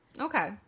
Okay